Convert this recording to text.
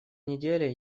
неделе